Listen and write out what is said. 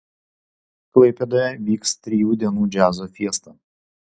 klaipėdoje vyks trijų dienų džiazo fiesta